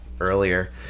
earlier